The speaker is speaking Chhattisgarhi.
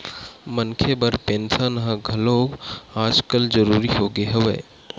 मनखे बर पेंसन ह घलो आजकल जरुरी होगे हवय